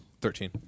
Thirteen